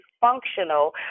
Functional